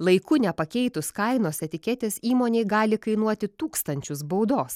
laiku nepakeitus kainos etiketės įmonei gali kainuoti tūkstančius baudos